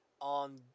on